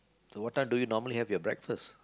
so what time do you normally have your breakfast